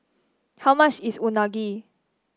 how much is unagi